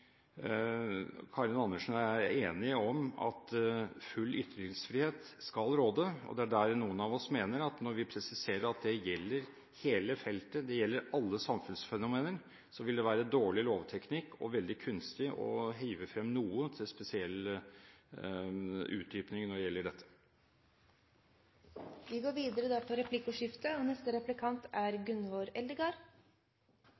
full ytringsfrihet skal råde. Noen av oss mener når vi presiserer at det gjelder hele feltet – alle samfunnsfenomener – at det vil være dårlig lovteknikk og veldig kunstig å løfte frem noe til spesiell utdypning når det gjelder